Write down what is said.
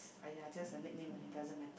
!aiya! just a nickname doesn't matter